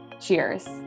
Cheers